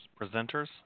presenters